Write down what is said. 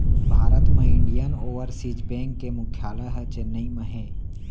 भारत म Indian overseas bank के मुख्यालय ह चेन्नई म हे